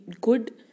good